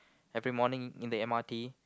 every morning in the M_R_T